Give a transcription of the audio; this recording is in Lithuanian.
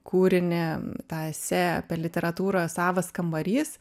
kūrinį tą esė apie literatūrą savas kambarys